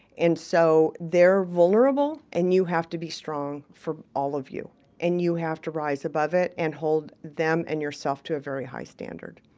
and so they're vulnerable, and you have to be strong for all of you and you have to rise above it and hold them and yourself to a very high standard.